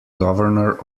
governor